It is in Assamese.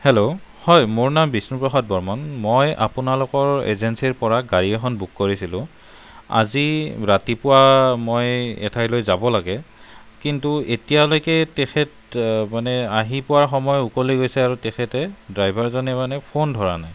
হেল্ল' হয় মোৰ নাম বিষ্ণু প্ৰসাদ বৰ্মন মই আপোনালোকৰ এজেঞ্চিৰ পৰা গাড়ী এখন বুক কৰিছিলোঁ আজি ৰাতিপুৱা মই এঠাইলৈ যাব লাগে কিন্তু এতিয়ালৈকে তেখেত মানে আহি পোৱাৰ সময় উকলি গৈছে আৰু তেখেতে ড্ৰাইভাৰজনে মানে ফোন ধৰা নাই